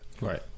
Right